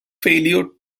failure